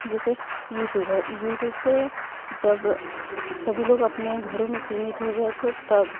जैसे यूटयूब है यूटयुब पे जब सभी लोग अपने घरों में सीमित हो गए थे तब